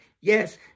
Yes